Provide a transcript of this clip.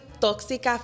toxic